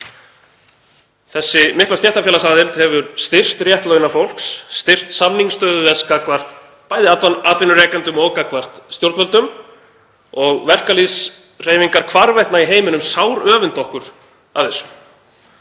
Þessi mikla stéttarfélagsaðild hefur styrkt rétt launafólks, styrkt samningsstöðu þess gagnvart atvinnurekendum og gagnvart stjórnvöldum. Verkalýðshreyfingar hvarvetna í heiminum sáröfunda okkur af þessu